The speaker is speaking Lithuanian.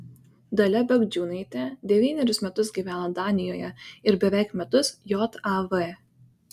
dalia bagdžiūnaitė devynerius metus gyveno danijoje ir beveik metus jav